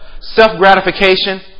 self-gratification